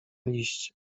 liście